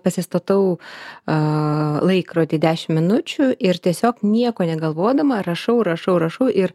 pasistatau aaa laikrodį dešim minučių ir tiesiog nieko negalvodama rašau rašau rašau ir